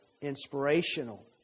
inspirational